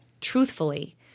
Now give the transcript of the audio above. truthfully